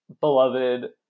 beloved